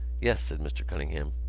yes, said mr. cunningham.